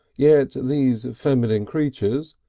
yet these feminine creatures,